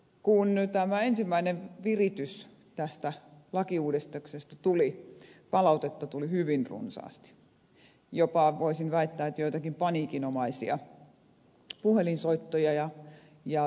kun tämä ensimmäinen viritys tästä lakiuudistuksesta tuli palautetta tuli hyvin runsaasti jopa voisin väittää että joitakin paniikinomaisia puhelinsoittoja ja sähköpostikirjeitä